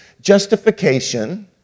justification